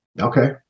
Okay